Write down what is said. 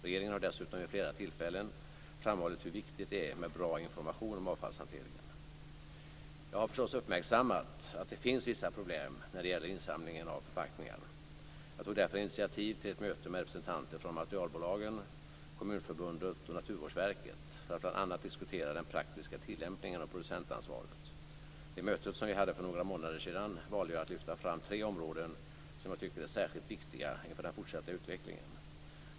Regeringen har dessutom vid flera tillfällen framhållit hur viktigt det är med bra information om avfallshanteringen. Jag har förstås uppmärksammat att det finns vissa problem när det gäller insamlingen av förpackningar. Jag tog därför initiativ till ett möte med representanter från materialbolagen, Kommunförbundet och Naturvårdsverket för att bl.a. diskutera den praktiska tilllämpningen av producentansvaret. Vid mötet, som vi hade för några månader sedan, valde jag att lyfta fram tre områden som jag tycker är särskilt viktiga inför den fortsatta utvecklingen.